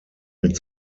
mit